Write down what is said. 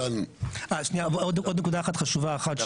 עוד נקודה חשובה אחת,